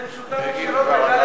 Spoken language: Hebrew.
זה משודר ישירות ב"גלי